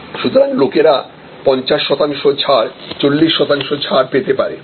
সুতরাং লোকেরা 50 শতাংশ ছাড় 40 শতাংশ ছাড় পেতে পারেন